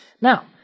Now